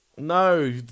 No